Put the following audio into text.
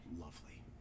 lovely